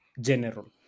general